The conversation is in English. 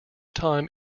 time